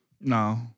No